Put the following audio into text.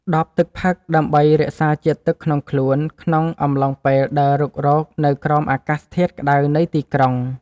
ដបទឹកផឹកដើម្បីរក្សាជាតិទឹកក្នុងខ្លួន ក្នុងអំឡុងពេលដើររុករកនៅក្រោមអាកាសធាតុក្ដៅនៃទីក្រុង។